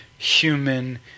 human